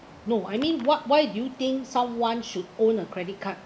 no I mean what why why do you think someone should own a credit card